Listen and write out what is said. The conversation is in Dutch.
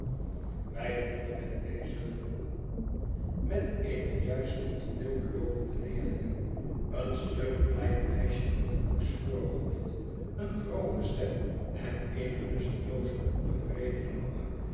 wij vonden hem bezig met eene juist niet veelbelovende leerlinge een stug klein meisje met een norsch voorhoofd eene grove stem en eene lustelooze ontevredene mama